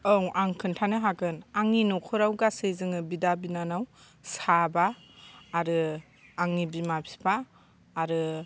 औ आं खोन्थानो हागोन आंनि न'खराव गासै जोङो बिदा बिनानाव साबा आरो आंनि बिमा बिफा आरो